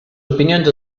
opinions